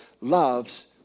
loves